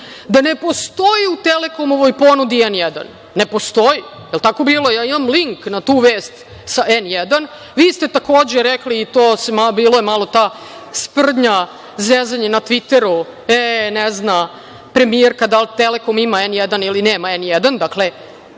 da ne postoji u „Telekomovoj“ ponudi „N1“. Ne postoji, jel tako bilo? Ja imam link na tu vest sa „N1“. Vi ste, takođe, rekli, i bilo je malo ta sprdnja, zezanje na Tviteru – e, ne zna premijerka da li „Telekom“ ima „N1“ ili nema „N1“.Dakle,